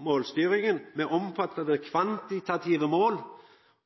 målstyringa med omfattande kvantitative mål,